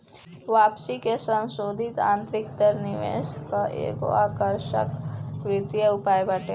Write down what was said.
वापसी के संसोधित आतंरिक दर निवेश कअ एगो आकर्षक वित्तीय उपाय बाटे